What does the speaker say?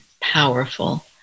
powerful